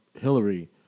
Hillary